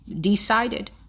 Decided